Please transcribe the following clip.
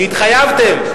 כי התחייבתם.